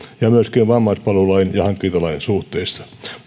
ja myöskin vammaispalvelulain ja hankintalain suhteessa